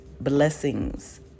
blessings